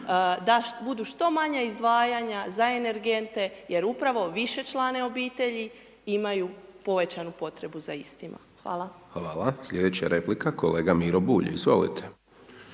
da budu što manja izdvajanja za energente jer upravo višečlane obitelji imaju povećanu potrebu za istima. Hvala. **Hajdaš Dončić, Siniša (SDP)** Hvala